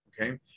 okay